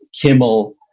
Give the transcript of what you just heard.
kimmel